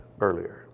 earlier